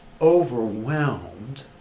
overwhelmed